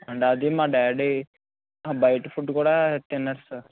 and అది మా daddy బయట ఫుడ్ కూడా తినరు సార్